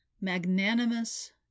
Magnanimous